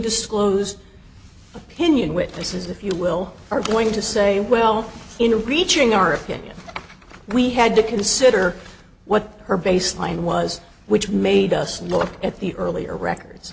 disclosed opinion witnesses if you will are going to say well in reaching our opinion we had to consider what her baseline was which made us look at the earlier records